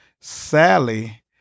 Sally